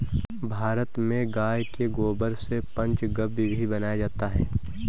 भारत में गाय के गोबर से पंचगव्य भी बनाया जाता है